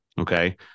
okay